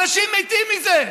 אנשים מתים מזה.